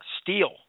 steel